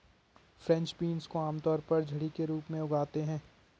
French beans को आमतौर पर झड़ी के रूप में उगाते है